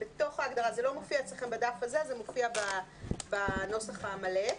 זה לא מופיע אצלכם בדף הזה, זה מופיע בנוסח המלא,